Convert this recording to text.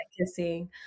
kissing